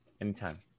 anytime